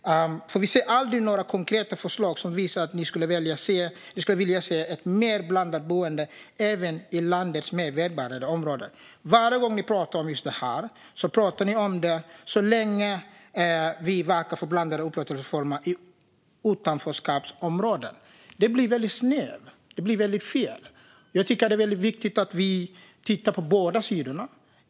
Vi ser aldrig några konkreta förslag som visar att ni skulle vilja se ett mer blandat boende även i landets mer välbärgade områden. Varje gång ni pratar om just det här pratar ni om det så länge vi ska verka för blandade upplåtelseformer i utanförskapsområden. Det blir väldigt snett. Det blir fel. Det är viktigt att vi tittar på båda sidorna.